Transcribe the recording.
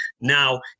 now